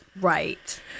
Right